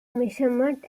measurement